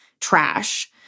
trash